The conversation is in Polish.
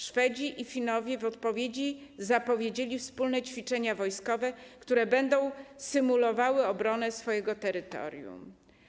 Szwedzi i Finowie w odpowiedzi zapowiedzieli wspólne ćwiczenia wojskowe, które będą symulowały obronę swojego terytorium.